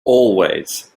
always